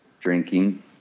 drinking